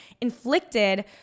inflicted